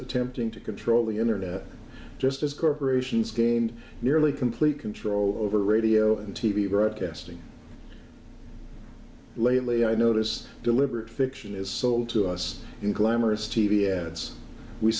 attempting to control the internet just as corporations gained nearly complete control over radio and t v broadcasting lately i notice deliberate fiction is sold to us in glamorous t v ads we